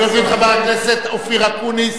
אני מזמין את חבר הכנסת אופיר אקוניס.